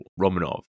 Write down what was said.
Romanov